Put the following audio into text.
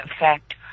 effect